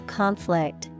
conflict